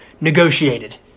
negotiated